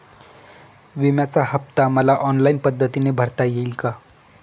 विम्याचा हफ्ता मला ऑनलाईन पद्धतीने भरता येईल का?